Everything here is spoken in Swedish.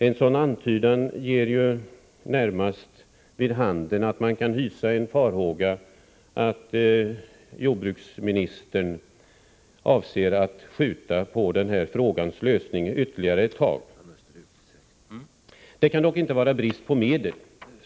En sådan antydan ger närmast vid handen att man kan hysa farhågor för att jordbruksministern avser att skjuta på frågans lösning ytterligare en tid. Det kan dock inte handla om brist på medel.